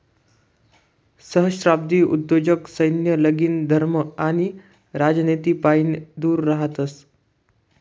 सहस्त्राब्दी उद्योजक सैन्य, लगीन, धर्म आणि राजनितीपाईन दूर रहातस